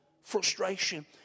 frustration